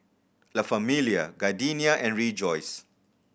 La Famiglia Gardenia and Rejoice